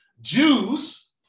Jews